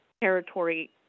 territory